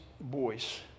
boys